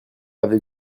avec